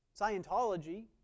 Scientology